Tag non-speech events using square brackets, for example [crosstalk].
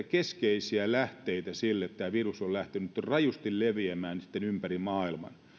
[unintelligible] keskeisiä lähteitä sille että tämä virus on sitten lähtenyt rajusti leviämään ympäri maailman